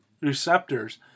receptors